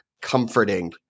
comforting